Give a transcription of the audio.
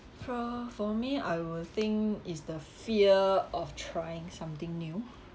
for for me I would think is the fear of trying something new